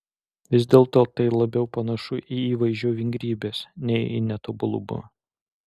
vis dėlto tai labiau panašu į įvaizdžio vingrybes nei į netobulumą